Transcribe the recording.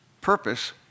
Purpose